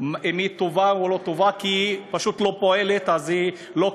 אם היא טובה או לא טובה כי היא פשוט לא פועלת אז היא לא קיימת.